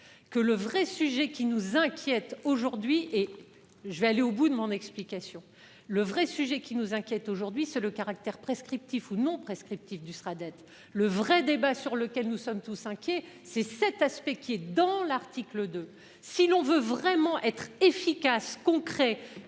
que le vrai sujet qui nous inquiète aujourd'hui et je vais aller au bout de mon explication. Le vrai sujet qui nous inquiète, aujourd'hui, c'est le caractère prescriptif ou non prescriptif du sera le vrai débat sur lequel nous sommes tous inquiets c'est cet aspect qui est dans l'article de si l'on veut vraiment être efficace concret